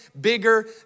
bigger